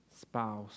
spouse